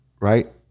right